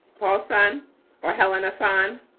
paulson or helena assan.